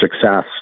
success